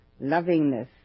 Lovingness